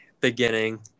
beginning